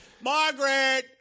Margaret